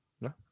No